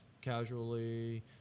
casually